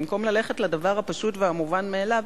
במקום ללכת לדבר הפשוט והמובן מאליו,